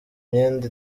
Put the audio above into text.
myenda